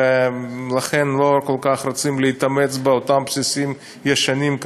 ולכן לא כל כך רוצים להתאמץ באותם בסיסים ישנים,